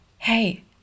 hey